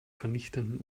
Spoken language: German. vernichtenden